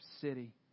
city